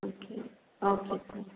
okay okay sir